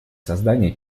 создания